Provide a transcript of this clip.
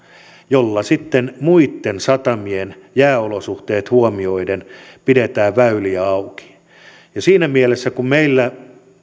jolla sitten muitten satamien jääolosuhteet huomioiden pidetään väyliä auki siinä mielessä kun meillä